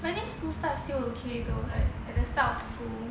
but I think school start still okay like at start of school